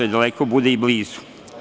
daleko bude i blizu.